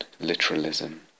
literalism